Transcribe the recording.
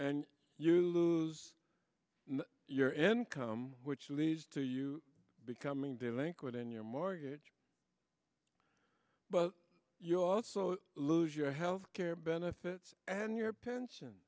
and you lose your income which leads to you becoming delinquent in your mortgage but you also lose your health care benefits and your pension